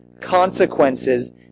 consequences